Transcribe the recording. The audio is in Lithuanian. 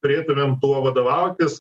turėtumėm tuo vadovautis